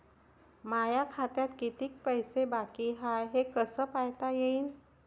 माया खात्यात कितीक पैसे बाकी हाय हे कस पायता येईन?